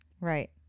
Right